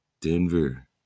Denver